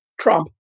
Trump